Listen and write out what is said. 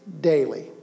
daily